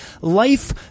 Life